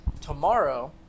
Tomorrow